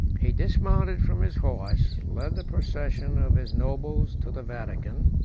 he dismounted from his horse, led the procession of his nobles to the vatican,